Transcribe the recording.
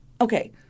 okay